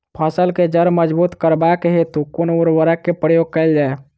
फसल केँ जड़ मजबूत करबाक हेतु कुन उर्वरक केँ प्रयोग कैल जाय?